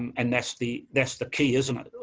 and that's the that's the key, isn't it?